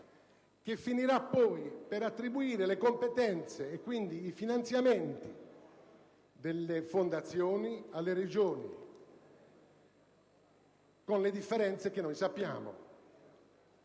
che finirà poi per attribuire le competenze, quindi i finanziamenti, delle fondazioni alle Regioni, con le differenze che conosciamo